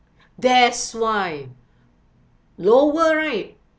that's why lower right